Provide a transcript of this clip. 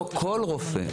לא כל רופא.